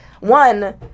one